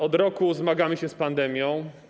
Od roku zmagamy się z pandemią.